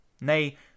nay